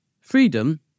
Freedom